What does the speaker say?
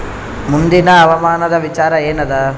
ಮುಂದಿನ ಹವಾಮಾನದ ವಿಚಾರ ಏನದ?